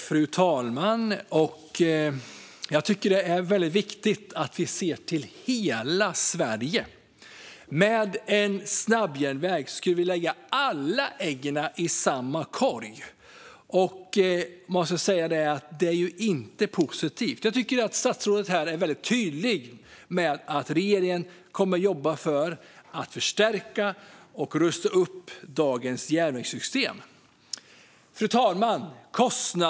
Fru talman! Det är viktigt att vi ser till hela Sverige. Med en snabbjärnväg skulle vi lägga alla ägg i samma korg. Det är inte positivt. Jag tycker att statsrådet är tydlig med att regeringen kommer att jobba för att förstärka och rusta upp dagens järnvägssystem. Fru talman!